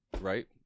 Right